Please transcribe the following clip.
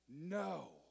no